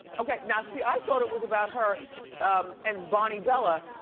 okay, now, see, i thought it was about her and bonnie bella,